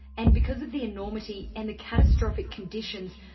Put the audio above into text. and because of the enormity, and the catastrophic conditions,